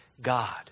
God